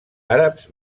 àrabs